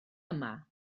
yma